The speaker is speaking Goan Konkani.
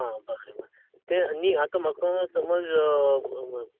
हां बरें बरें ते न्हय आतां म्हाका समज